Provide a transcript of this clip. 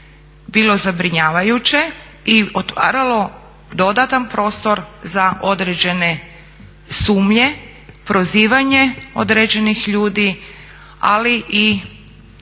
bilo zabrinjavajuće i otvaralo dodatan prostor za određene sumnje, prozivanje određenih ljudi, ali i